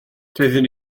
doeddwn